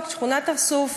אני אתייחס אחר כך למה